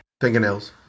fingernails